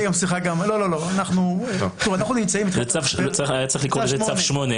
אנחנו נמצאים --- צריך לקרוא לזה צו 8,